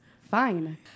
fine